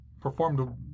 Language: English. performed